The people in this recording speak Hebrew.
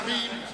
השרים,